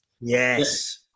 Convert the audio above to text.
Yes